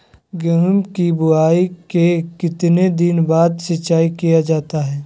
गेंहू की बोआई के कितने दिन बाद सिंचाई किया जाता है?